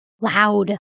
loud